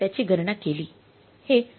आपण त्याची गणना केली